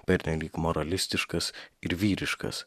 pernelyg moralistiškas ir vyriškas